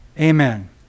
amen